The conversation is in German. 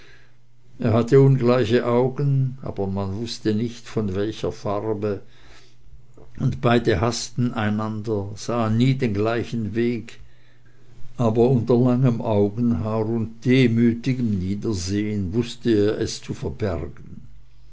er hatte ungleiche augen aber man wußte nicht von welcher farbe und beide haßten einander sahen nie den gleichen weg aber unter langem augenhaar und demütigem niedersehn wußte er es zu verbergen